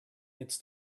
it’s